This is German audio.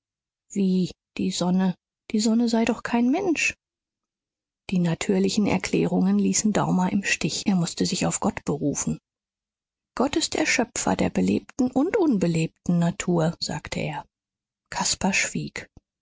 wie die sonne die sonne sei doch kein mensch die natürlichen erklärungen ließen daumer im stich er mußte sich auf gott berufen gott ist der schöpfer der belebten und unbelebten natur sagte er caspar schwieg